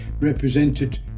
represented